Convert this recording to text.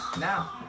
now